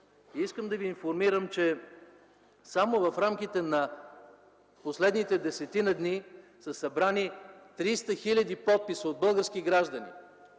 искам да ви информирам, че само в рамките на последните десетина дни са събрани 300 хиляди подписа от български граждани